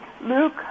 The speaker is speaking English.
Luke